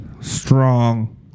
strong